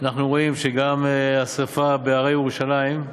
אנחנו רואים שגם השרפה בהרי ירושלים,